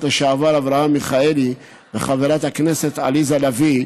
לשעבר אברהם מיכאלי ולחברת הכנסת עליזה לביא,